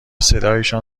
صدایشان